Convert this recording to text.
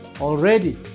already